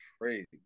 crazy